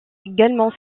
également